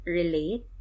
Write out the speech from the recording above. relate